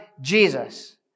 Jesus